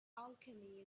alchemy